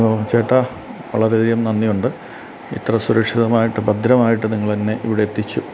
hello ചേട്ടാ വളരെയധികം നന്ദിയുണ്ട് ഇത്ര സുരക്ഷിതമായിട്ട് ഭദ്രമായിട്ട് നിങ്ങളെന്നെ ഇവിടെയെത്തിച്ചു